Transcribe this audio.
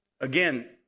Again